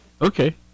Okay